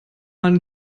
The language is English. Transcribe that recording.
man